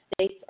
states